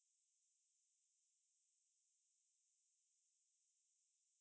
like if you talk about the uh naturally I'm going into like